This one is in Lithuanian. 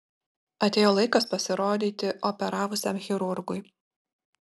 atėjo laikas pasirodyti operavusiam chirurgui